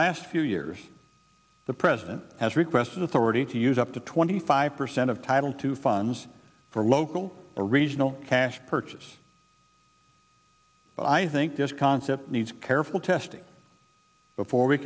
last few years the president has requested authority to use up to twenty five percent of title two funds for local or regional cash purchase but i think this concept needs careful testing before we